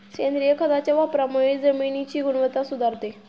सेंद्रिय खताच्या वापरामुळे जमिनीची गुणवत्ता सुधारते